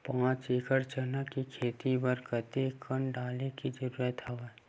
पांच एकड़ चना के खेती बर कते कन डाले के जरूरत हवय?